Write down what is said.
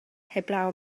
heblaw